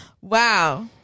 Wow